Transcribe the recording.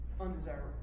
undesirable